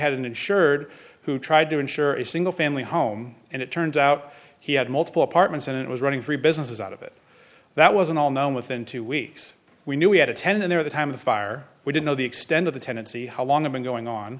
an insured who tried to insure a single family home and it turns out he had multiple apartments and it was running three businesses out of it that wasn't all known within two weeks we knew we had attended there the time of fire we didn't know the extent of the tenancy how long i've been going on